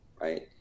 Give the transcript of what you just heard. right